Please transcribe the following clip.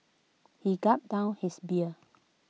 he gulped down his beer